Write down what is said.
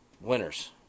winners